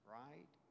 right